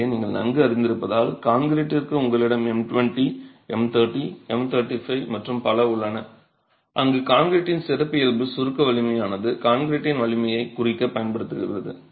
எனவே நீங்கள் நன்கு அறிந்திருப்பதால் கான்கிரீட்டிற்கு உங்களிடம் M20 M30 M35 மற்றும் பல உள்ளன அங்கு கான்கிரீட்டின் சிறப்பியல்பு சுருக்க வலிமையானது கான்கிரீட்டின் வலிமையைக் குறிக்கப் பயன்படுத்தப்படுகிறது